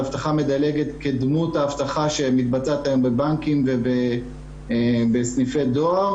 על אבטחה מדלגת בדמות האבטחה שמתבצעת היום בבנקים ובסניפי דואר